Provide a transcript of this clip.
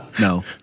No